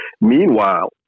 Meanwhile